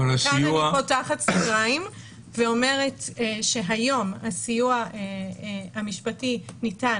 כאן אני פותחת סוגריים ואומרת שהיום הסיוע המשפטי ניתן